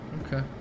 Okay